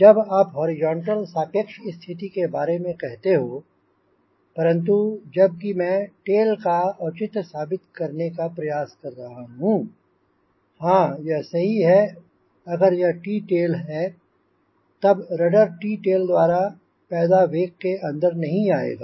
जब आप हॉरिजॉन्टल सापेक्ष स्थिति के बारे में कहते हो परंतु जब कि मैं टेल का औचित्य साबित करने का प्रयास कर रहा हूंँ हांँ यह सही है अगर यह टी टेल है तब रडर टी टेल द्वारा पैदा वेक के अंदर नहीं आएगा